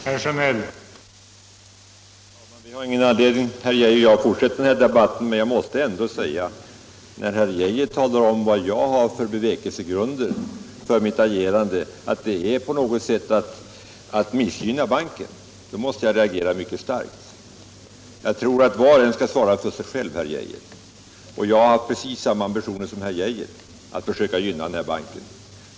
Herr talman! Vi har ingen anledning, herr Arne Geijer i Stockholm och jag, att fortsätta sakdebatten. Men när herr Geijer talar om vad jag har för bevekelsegrunder för mitt agerande och vill göra gällande att jag på något sätt vill missgynna PK-banken, måste jag reagera mycket starkt. Jag tror att var och en skall svara för sig själv, herr Geijer. Jag har haft precis samma ambitioner som herr Geijer att försöka gynna PK-banken.